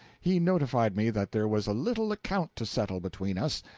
he notified me that there was a little account to settle between us,